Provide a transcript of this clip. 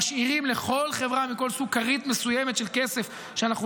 ומשאירים לכל חברה וכל סוג כרית מסוימת של כסף שאנחנו